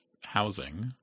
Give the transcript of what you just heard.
housing